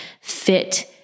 fit